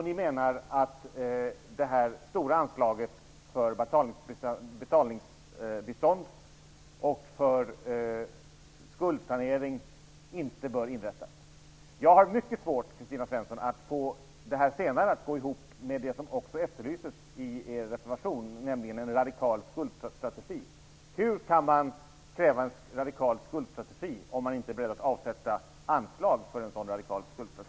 Ni menar att det stora anslaget för betalningsbistånd och för skuldsanering inte bör inrättas. Jag har mycket svårt, Kristina Svensson, att få det sistnämnda att gå ihop med det som också efterlyses i er reservation, nämligen en radikal skuldstrategi. Hur kan man kräva en radikal skuldstrategi om man inte är beredd att avsätta anslag för en sådan?